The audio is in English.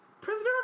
Prisoner